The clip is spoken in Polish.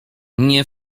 nie